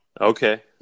Okay